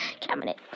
cabinet